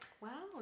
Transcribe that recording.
wow